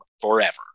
forever